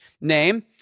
name